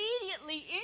immediately